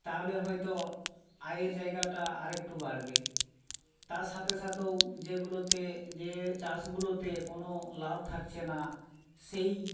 তাহলে হয়তো আয়ের জায়গাটা আর একটু বাড়বে তার সাথে সাথেও যেগুলোতে যে চাষগুলোতে কোনো লাভ থাকছে না সেই